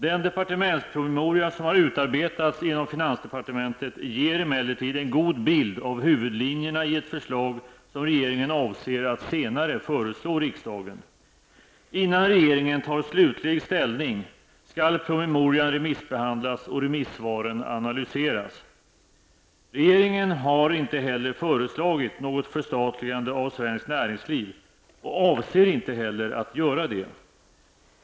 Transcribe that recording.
Den departementspromemoria som har utarbetats inom finansdepartementet ger emellertid en god bild av huvudlinjerna i ett förslag, som regeringen avser att senare föreslå riksdagen. Innan regeringen tar slutlig ställning skall promemorian remissbehandlas och remissvaren analyseras. Regeringen har inte heller föreslagit något förstatligande av svenskt näringsliv och avser inte heller att göra det.